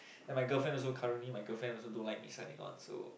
and my girlfriend also currently my girlfriend also don't like me signing on so